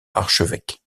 archevêque